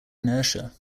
inertia